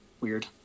weird